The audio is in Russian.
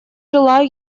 желаю